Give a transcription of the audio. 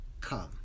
Come